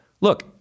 Look